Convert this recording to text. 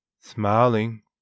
Smiling